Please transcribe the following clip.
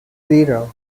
zero